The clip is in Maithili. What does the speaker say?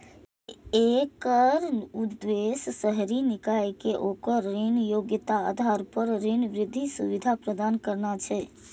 एकर उद्देश्य शहरी निकाय कें ओकर ऋण योग्यताक आधार पर ऋण वृद्धि सुविधा प्रदान करना छै